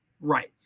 Right